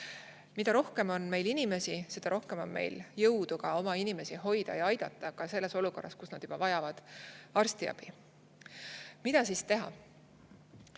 Mida rohkem on meil inimesi, seda rohkem on meil jõudu oma inimesi hoida ja aidata ka selles olukorras, kus nad vajavad arstiabi. Mida siis teha?